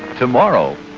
tomorrow,